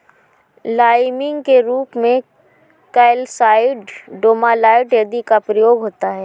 liming के रूप में कैल्साइट, डोमालाइट आदि का प्रयोग होता है